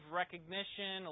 recognition